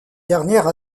dernière